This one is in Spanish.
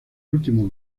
último